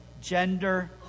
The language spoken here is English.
gender